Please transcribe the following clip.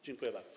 Dziękuję bardzo.